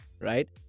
right